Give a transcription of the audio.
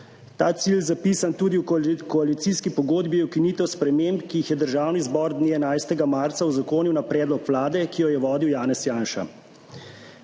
Ta cilj, zapisan tudi v koalicijski pogodbi, je ukinitev sprememb, ki jih je Državni zbor dni 11. marca uzakonil na predlog vlade, ki jo je vodil Janez Janša.